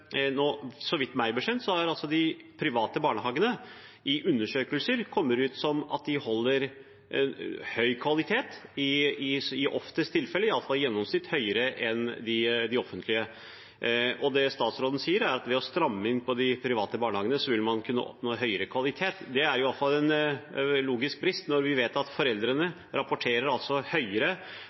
Så vidt jeg vet, kommer de private barnehagene i undersøkelser ut med høy kvalitet i oftest tilfeller, iallfall i gjennomsnitt høyere enn de offentlige barnehagene, og det statsråden sier, er at ved å stramme inn på de private barnehagene vil man kunne oppnå høyere kvalitet. Det er iallfall en logisk brist, når vi vet at foreldrene rapporterer høyere tilfredshet, og i undersøkelser har de private barnehagene kommet ut med høyere